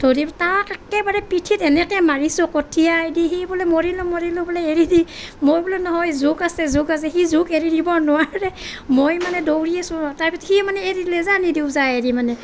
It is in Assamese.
ধৰি তাক একেবাৰে পিঠিত এনেকে মাৰিছোঁ কঠিয়াই দি সি বোলে মৰিলোঁ মৰিলোঁ বোলে এৰি দি মই বোলো নহয় জোক আছে জোক আছে সি জোক এৰি দিব নোৱাৰে মই মানে দৌৰি আছোঁ তাৰপিছত সি মানে এৰিলে যা নিদিওঁ যা এৰি মানে